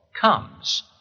comes